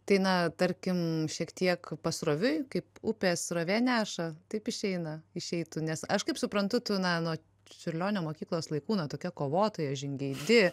tai na tarkim šiek tiek pasroviui kaip upės srovė neša taip išeina išeitų nes aš kaip suprantu tu na nuo čiurlionio mokyklos laikų nu tokia kovotoja žingeidi